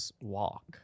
walk